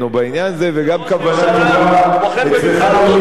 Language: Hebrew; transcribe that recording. וגם כוונה טובה אצלך לא נספרת.